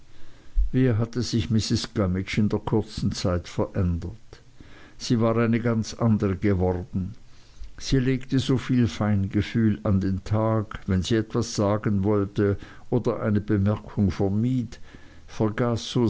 wie hatte sich mrs gummidge in der kurzen zeit verändert sie war eine ganz andere geworden sie legte so viel feingefühl an den tag wenn sie etwas sagen wollte oder eine bemerkung vermied